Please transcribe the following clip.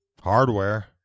hardware